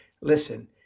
listen